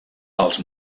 els